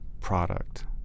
product